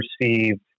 perceived